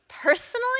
Personally